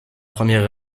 première